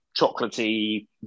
chocolatey